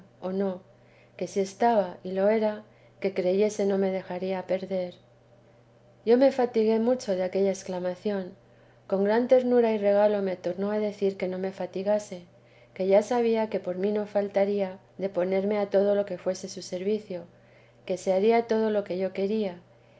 o no que si estaba y lo era que creyese no me dejaría perder yo me fatigué mucho de aquella exclamación con gran ternura y regalo me tornó a decir que no me fatigase que ya sabía que por mí no faltaría de ponerme a todo lo que fuese su servicio que se haría todo lo que yo quería